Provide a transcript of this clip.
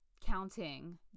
counting